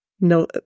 No